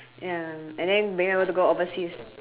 ya and then being able to go overseas